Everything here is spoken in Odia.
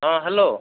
ହଁ ହ୍ୟାଲୋ